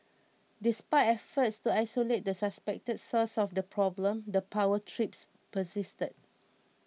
despite efforts to isolate the suspected source of the problem the power trips persisted